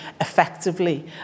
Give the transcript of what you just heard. effectively